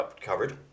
coverage